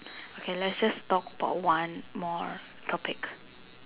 okay let's just talk about one more topic